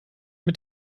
mit